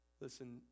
Listen